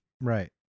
right